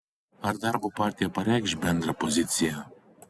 ar darbo partija pareikš bendrą poziciją